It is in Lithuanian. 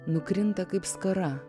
nukrinta kaip skara